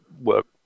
work